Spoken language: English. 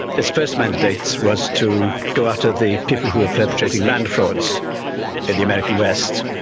its first mandate was to go after the people who were perpetrating land frauds in the american west.